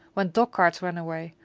when dog carts ran away,